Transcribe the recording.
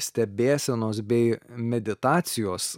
stebėsenos bei meditacijos